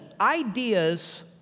ideas